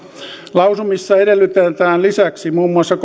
lausumissa edellytetään lisäksi muun muassa